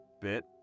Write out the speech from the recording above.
bit